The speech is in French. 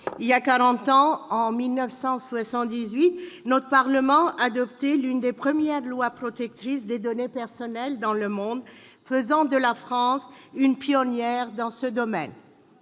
quarante ans, en 1978, le Parlement adoptait l'une des premières lois protectrices des données personnelles dans le monde, faisant de la France une pionnière dans ce domaine.